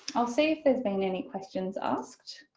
i'll see if there's been any questions asked.